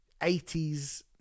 80s